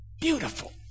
beautiful